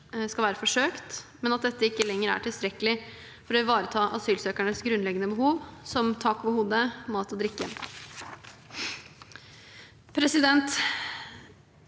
skal være forsøkt, og at disse ikke lenger er tilstrekkelig for å ivareta asylsøkernes grunnleggende behov, som tak over hodet, mat og drikke.